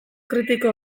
kritiko